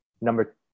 number